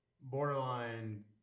borderline